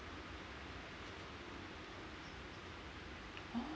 oh